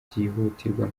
byihutirwa